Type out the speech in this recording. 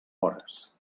hores